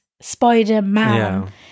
Spider-Man